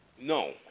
No